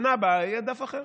בשנה הבאה יהיה דף אחר.